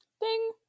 Ding